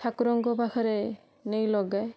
ଠାକୁରଙ୍କ ପାଖରେ ନେଇ ଲଗାଏ